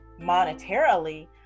monetarily